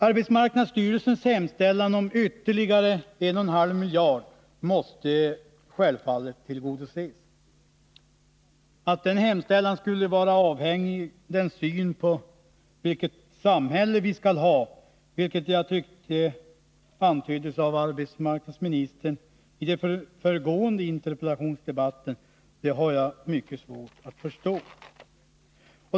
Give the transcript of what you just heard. Arbetsmarknadsstyrelsens hemställan om ytterligare 1,5 miljarder måste självfallet tillgodoses. Att den hemställan skulle vara avhängig av synen på vilket samhälle vi skall ha, vilket jag tyckte arbetsmarknadsministern antydde i den föregående interpellationsdebatten, har jag mycket svårt att förstå.